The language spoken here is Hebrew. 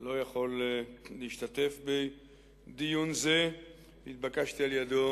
לא יכול להשתתף בדיון זה נתבקשתי על-ידו